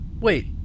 Wait